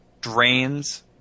drains